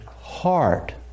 heart